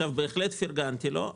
בהחלט פרגנתי לו.